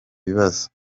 bibazo